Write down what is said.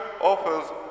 offers